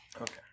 Okay